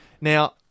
Now